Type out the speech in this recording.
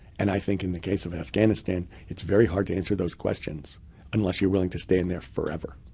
and i think in the case of afghanistan, it's very hard to answer those questions unless you're willing to stay in there forever.